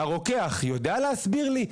הרוקח יודע להסביר לי?